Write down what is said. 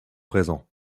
présents